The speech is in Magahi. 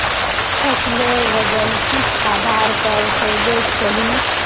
फसलेर वजन किस आधार पर होबे चही?